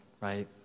right